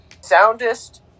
soundest